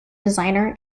designer